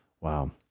Wow